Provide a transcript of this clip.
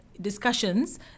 discussions